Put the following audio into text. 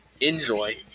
Enjoy